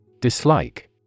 Dislike